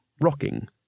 rocking